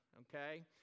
okay